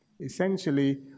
Essentially